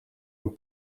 een